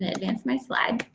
and advance my slide.